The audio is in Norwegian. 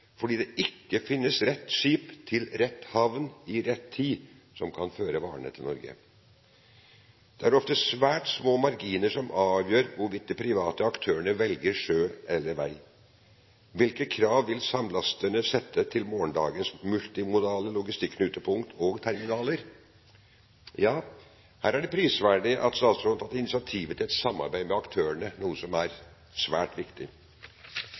fordi det ikke finnes rett skip til rett havn i rett tid som kan føre varene til Norge. Det er ofte svært små marginer som avgjør hvorvidt de private aktørene velger sjø eller vei. Hvilke krav vil samlasterne sette til morgendagens multimodale logistikknutepunkt og terminaler? Ja, her er det prisverdig at statsråden har tatt initiativ til et samarbeid med aktørene, noe som er svært viktig.